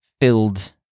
filled